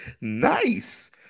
Nice